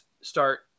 start